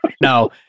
Now